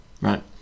right